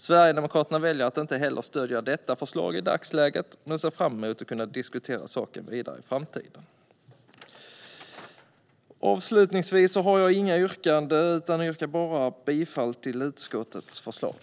Sverigedemokraterna väljer att inte stödja detta förslag heller i dagsläget, men ser fram emot att kunna diskutera saken vidare i framtiden. Jag yrkar bifall till utskottets förslag.